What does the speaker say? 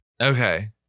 Okay